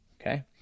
okay